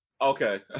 okay